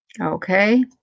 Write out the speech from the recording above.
Okay